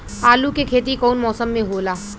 आलू के खेती कउन मौसम में होला?